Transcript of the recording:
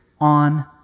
on